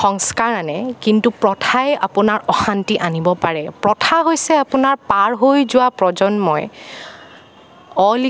সংস্কাৰ আনে কিন্তু প্ৰথাই আপোনাৰ অশান্তি আনিব পাৰে প্ৰথা হৈছে আপোনাৰ পাৰ হৈ যোৱা প্ৰজন্মই